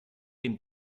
dem